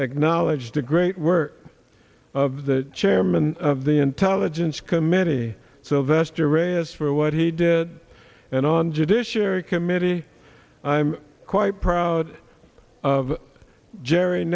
acknowledge the great work of the chairman of the intelligence committee so vast array is for what he did and on judiciary committee i'm quite proud of gerry